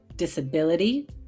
disability